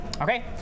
Okay